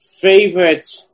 favorite